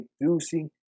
reducing